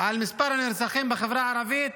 על מספר הנרצחים בחברה הערבית